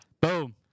Boom